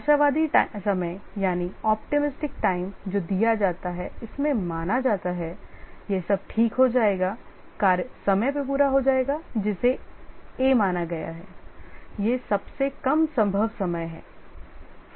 आशावादी समय जो दिया जाता है इसमें माना जाता है यह सब ठीक हो जाएगा कार्य समय में पूरा हो जाएगा जिसे a माना गया है यह सबसे कम संभव समय है